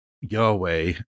Yahweh